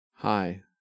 Hi